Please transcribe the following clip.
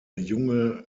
junge